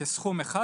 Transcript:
כסכום אחד,